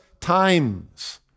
times